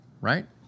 right